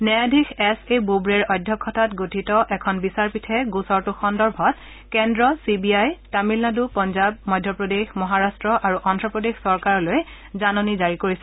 ন্যায়াধীশ S A বোবড়েৰ অধ্যক্ষতাত গঠিত এখন বিচাৰপীঠে গোচৰটো সন্দৰ্ভত কেন্দ্ৰ C B I Tamil Nadu Punjab Madhya Pradesh Maharashtra আৰু অদ্ধ প্ৰদেশ চৰকাৰলৈ জাননী জাৰি কৰিছে